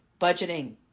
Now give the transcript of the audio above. budgeting